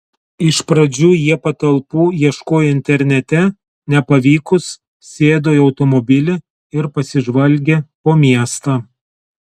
iš pradžių jie patalpų ieškojo internete nepavykus sėdo į automobilį ir pasižvalgė po miestą